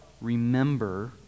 remember